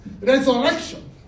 resurrection